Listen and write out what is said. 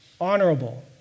Honorable